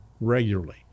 regularly